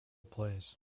plays